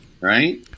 right